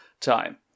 time